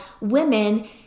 women